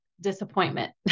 disappointment